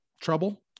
trouble